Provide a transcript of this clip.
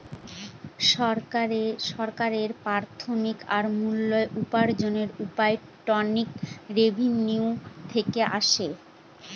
সরকারের প্রাথমিক আর মূল উপার্জনের উপায় ট্যাক্স রেভেনিউ থেকে আসে